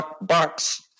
Box